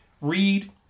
read